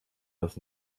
das